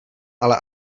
ale